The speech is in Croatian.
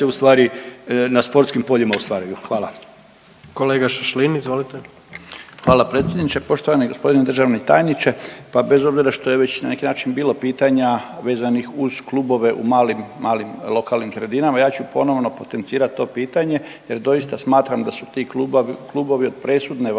Kolega Šašlin, izvolite. **Šašlin, Stipan (HDZ)** Hvala predsjedniče. Poštovani gospodine državni tajniče, pa bez obzira što je već na neki način bilo pitanja vezanih uz klubove u malim, malim lokalnim sredinama ja ću ponovo potencirati to pitanje jer doista smatram da su ti klubovi od presudne važnosti